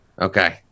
okay